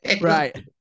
Right